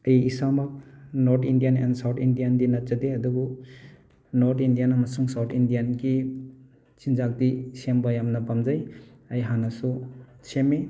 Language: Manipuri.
ꯑꯩ ꯏꯁꯥꯃꯛ ꯅꯣꯔꯠ ꯏꯟꯗ꯭ꯌꯟ ꯑꯦꯟ ꯁꯥꯎꯠ ꯏꯟꯗ꯭ꯌꯟꯗꯤ ꯅꯠꯆꯗꯦ ꯑꯗꯨꯕꯨ ꯅꯣꯔꯠ ꯏꯟꯗ꯭ꯌꯟ ꯑꯃꯁꯨꯡ ꯁꯥꯎꯠ ꯏꯟꯗ꯭ꯌꯟꯒꯤ ꯆꯤꯟꯖꯥꯛꯇꯤ ꯁꯦꯝꯕ ꯌꯥꯝꯅ ꯄꯥꯝꯖꯩ ꯑꯩ ꯍꯥꯟꯅꯁꯨ ꯁꯦꯝꯃꯤ